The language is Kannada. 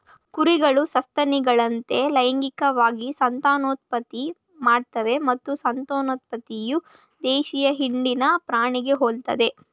ಕುರಿಗಳು ಸಸ್ತನಿಗಳಂತೆ ಲೈಂಗಿಕವಾಗಿ ಸಂತಾನೋತ್ಪತ್ತಿ ಮಾಡ್ತವೆ ಮತ್ತು ಸಂತಾನೋತ್ಪತ್ತಿಯು ದೇಶೀಯ ಹಿಂಡಿನ ಪ್ರಾಣಿಗೆ ಹೋಲ್ತದೆ